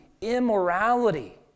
immorality